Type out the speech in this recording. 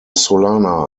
solana